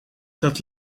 dat